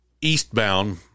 eastbound